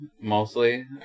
mostly